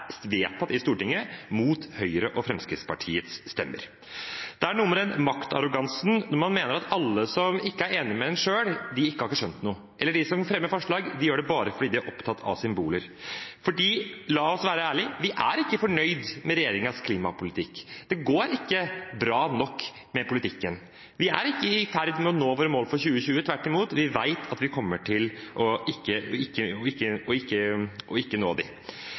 vedtatt i Stortinget mot Høyre og Fremskrittspartiets stemmer. Det er noe med maktarrogansen når man mener at alle som ikke er enig med en selv, ikke har skjønt noe, eller at de som fremmer forslag, bare gjør det fordi de er opptatt av symboler. La oss være ærlige. Vi er ikke fornøyd med regjeringens klimapolitikk. Det går ikke bra nok med politikken. Vi er ikke i ferd med å nå våre mål for 2020. Tvert imot – vi vet at vi ikke kommer til å